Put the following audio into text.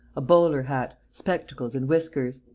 a bowler hat, spectacles and whiskers.